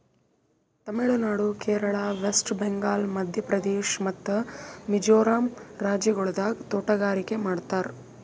ತಮಿಳು ನಾಡು, ಕೇರಳ, ವೆಸ್ಟ್ ಬೆಂಗಾಲ್, ಮಧ್ಯ ಪ್ರದೇಶ್ ಮತ್ತ ಮಿಜೋರಂ ರಾಜ್ಯಗೊಳ್ದಾಗ್ ತೋಟಗಾರಿಕೆ ಮಾಡ್ತಾರ್